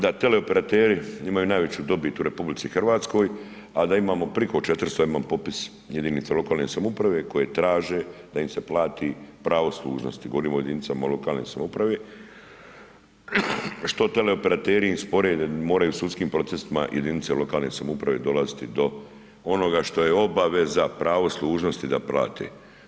Da teleoperateri imaju najveću dobit u RH a da imamo preko 400, ja imam popis jedinica lokalne samouprave koje traže da im se plati pravo služnosti, govorimo o jedinicama lokalne samouprave što teleoperateri im spore, moraju sudskim procesima jedinice lokalne samouprave dolaziti do onoga što je obaveza pravo služnosti da plate.